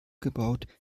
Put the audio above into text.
gebaut